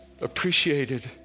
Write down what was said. appreciated